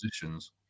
positions